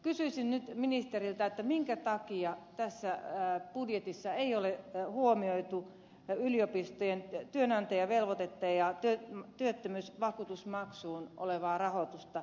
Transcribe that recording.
kysyisin nyt ministeriltä minkä takia tässä budjetissa ei ole huomioitu yliopistojen työnantajavelvoitetta ja työttömyysvakuutusmaksun rahoitusta